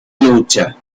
lucha